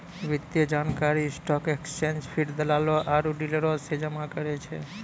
वित्तीय जानकारी stock exchange feed, दलालो आरु डीलरो से जमा करै छै